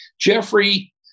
Jeffrey